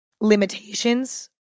limitations